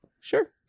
Sure